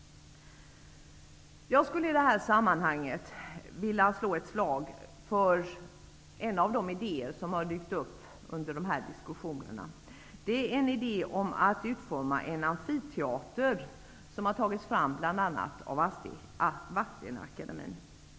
Jag skulle i det här sammanhanget vilja slå ett slag för en av de idéer som har dykt upp under de här diskussionerna. Det är en idé om att utforma en amfiteater som har förts fram av bl.a. Vadstena Akademien.